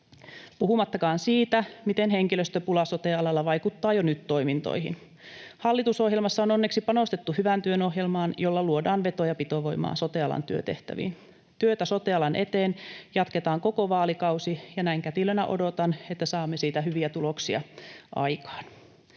puhumattakaan siitä, miten henkilöstöpula sote-alalla vaikuttaa jo nyt toimintoihin. Hallitusohjelmassa on onneksi panostettu hyvän työn ohjelmaan, jolla luodaan veto- ja pitovoimaa sote-alan työtehtäviin. Työtä sote-alan eteen jatketaan koko vaalikausi, ja näin kätilönä odotan, että saamme siitä hyviä tuloksia aikaan.